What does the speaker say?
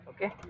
Okay